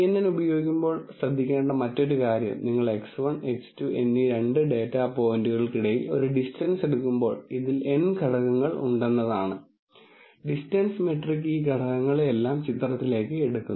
CNN ഉപയോഗിക്കുമ്പോൾ ശ്രദ്ധിക്കേണ്ട മറ്റൊരു കാര്യം നിങ്ങൾ X 1 X 2 എന്നീ രണ്ട് ഡാറ്റാ പോയിന്റുകൾക്കിടയിൽ ഒരു ഡിസ്റ്റൻസ് എടുക്കുമ്പോൾ ഇതിൽ n ഘടകങ്ങൾ ഉണ്ടെന്നതാണ് ഡിസ്റ്റൻസ് മെട്രിക് ഈ ഘടകങ്ങളെയെല്ലാം ചിത്രത്തിലേക്ക് എടുക്കുന്നു